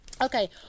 Okay